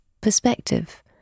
perspective